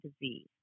disease